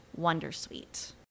Wondersuite